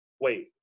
Wait